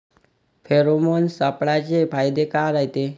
Pheromone सापळ्याचे फायदे काय रायते?